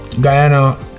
Guyana